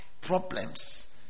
Problems